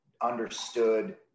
understood